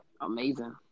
amazing